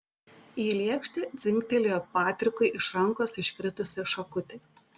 į lėkštę dzingtelėjo patrikui iš rankos iškritusi šakutė